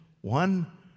One